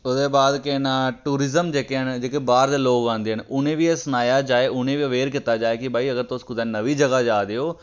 ओह्दे बाद केह् नांऽ ट्यूरिजम जेह्के न जेह्के बाह्र दे लोक जेह्के ओ आंदे न उ'नेंगी बी अस सनाया जा उनें गी बी अवेयर कीता जाए कि भाई अगर तुस कुदै नमीं जगह् जा दे ओ